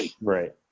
Right